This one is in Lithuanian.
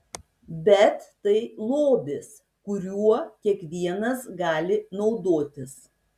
bet tai lobis kuriuo kiekvienas gali naudotis